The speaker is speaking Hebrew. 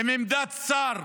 עם עמדת שר